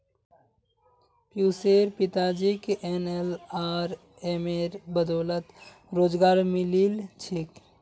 पियुशेर पिताजीक एनएलआरएमेर बदौलत रोजगार मिलील छेक